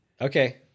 Okay